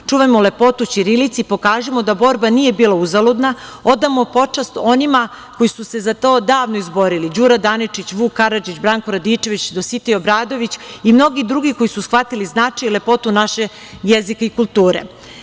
Čuvajmo lepotu ćirilice i pokažimo da borba nije bila uzaludna, odamo počast onima koji su se za to davno izborili – Đura Daničić, Vuk Karadžić, Branko Radičević, Dositej Obradović i mnogi drugi koji su shvatili značaj i lepotu našeg jezika i kulture.